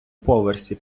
поверсі